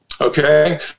Okay